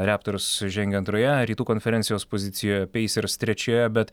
reptors žengia antroje rytų konferencijos pozicijoje peisers trečioje bet